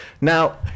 Now